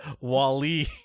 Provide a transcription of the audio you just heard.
Wally